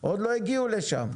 עוד לא הגיעו לשם.